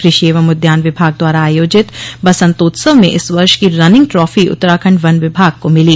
कृषि एवं उद्यान विभाग द्वारा आयोजित बसन्तोत्सव में इस वर्ष की रनिंग ट्राफी उत्तराखण्ड वन विभाग को मिली